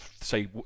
say